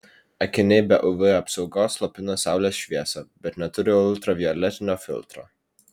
akiniai be uv apsaugos slopina saulės šviesą bet neturi ultravioletinio filtro